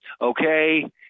okay